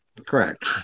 correct